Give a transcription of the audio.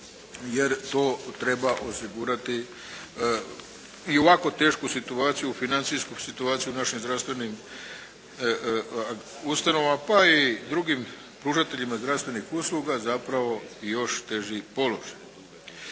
jer to treba osigurati i ovako teško situaciju, financijsku situaciju u našim zdravstvenim ustanovama pa i drugim pružateljima zdravstvenih usluga zapravo još teži položaj.